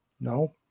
No